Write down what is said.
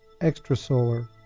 extrasolar